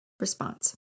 Response